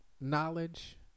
knowledge